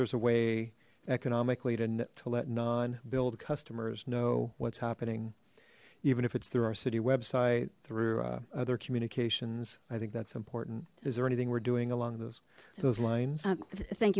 there's a way economically to to let non build customers know what's happening even if it's through our city website through other communications i think that's important is there anything we're doing along those those lines thank